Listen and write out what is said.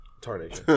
Tarnation